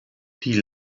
die